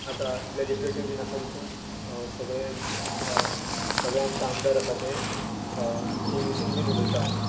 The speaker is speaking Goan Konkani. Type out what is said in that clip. आतां लॅजिस्लेटिव्ह बीन आसा तितूंत सगळे सगळे आमचे आमदार आसा ते इंग्लिशींत बीन उलयता